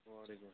وعلیکُم سلام